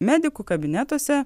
medikų kabinetuose